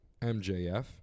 MJF